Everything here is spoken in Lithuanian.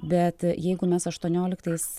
bet jeigu mes aštuonioliktais